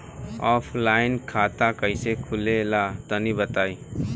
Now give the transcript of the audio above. Offline खाता कइसे खुले ला तनि बताई?